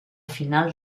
final